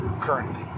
currently